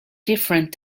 different